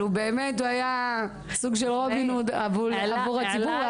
אבל באמת, הוא היה סוג של רובין הוד עבור הציבור.